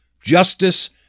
justice